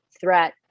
threat